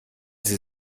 sie